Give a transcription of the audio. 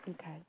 Okay